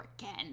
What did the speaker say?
again